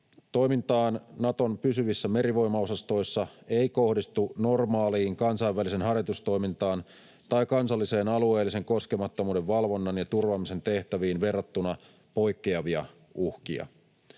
Toimintaan Naton pysyvissä merivoimaosastoissa ei kohdistu normaaliin kansainväliseen harjoitustoimintaan tai kansalliseen alueellisen koskemattomuuden valvonnan ja turvaamisen tehtäviin verrattuna poikkeavia uhkia.